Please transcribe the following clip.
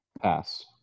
Pass